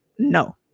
No